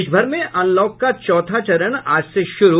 देश भर में अनलॉक का चौथा चरण आज से शुरू